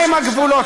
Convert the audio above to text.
יפו,